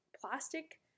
plastic